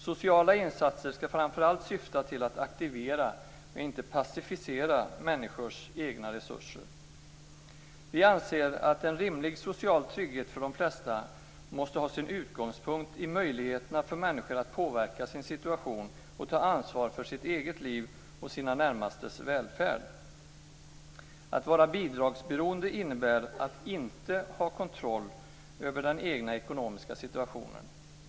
Sociala insatser skall framför allt syfta till att aktivera, inte passivisera människors egna resurser. Vi anser att en rimlig social trygghet för de flesta måste ha sin utgångspunkt i möjligheterna för människor att påverka sin situation och ta ansvar för sitt eget liv och sina närmastes välfärd. Att vara bidragsberoende innebär att inte ha kontroll över den egna ekonomiska situationen.